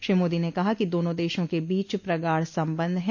श्री मोदी ने कहा कि दोनों देशों के बीच प्रगाढ संबंध हैं